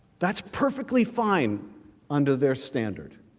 that's perfectly fine under their standard